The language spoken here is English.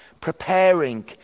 preparing